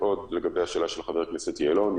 לגבי השאלה של חבר הכנסת יעלון,